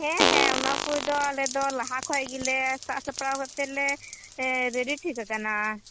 ᱦᱮᱸ ᱦᱮᱸ ᱚᱱᱟ ᱠᱚᱡ ᱫᱚ ᱟᱞᱮᱫᱚ ᱞᱟᱦᱟᱠᱷᱚᱡ ᱜᱮᱞᱮ ᱥᱟᱜᱥᱟᱯᱲᱟᱣ ᱠᱟᱛᱮᱞᱮ ᱨᱮᱰᱤ ᱴᱷᱤᱠ ᱟᱠᱟᱱᱟ